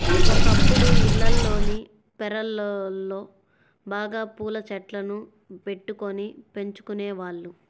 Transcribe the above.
ఒకప్పుడు ఇళ్లల్లోని పెరళ్ళలో బాగా పూల చెట్లను బెట్టుకొని పెంచుకునేవాళ్ళు